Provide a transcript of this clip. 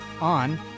on